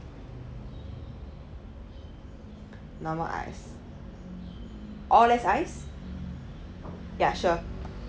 normal ice oh less ice yea sure